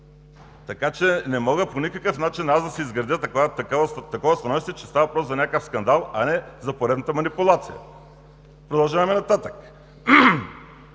Така че не мога по никакъв начин да си изградя такова становище, че става въпрос за някакъв скандал, а не за поредната манипулация. Продължаваме нататък.